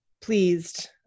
pleased